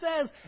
says